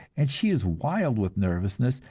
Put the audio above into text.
and she is wild with nervousness,